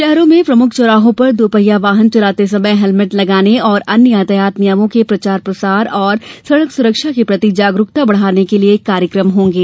शहरों में प्रमुख चौराहों पर दो पहिया वाहन चलाते समय हेलमेट लगाने और अन्य यातायात नियमों के प्रचार प्रसार और सड़क सुरक्षा के प्रति जागरूकता बढ़ाने के लिये कार्यक्रम होंगे